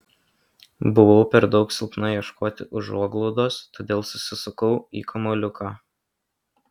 buvau per daug silpna ieškoti užuoglaudos todėl susisukau į kamuoliuką